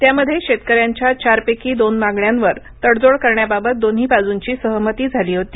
त्यामध्ये शेतकऱ्यांच्या चारपैकी दोन मागण्यांवर तडजोड करण्याबाबत दोन्ही बाजूंची सहमती झाली होती